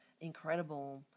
incredible